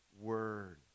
word